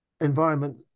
environment